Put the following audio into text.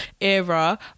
era